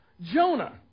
Jonah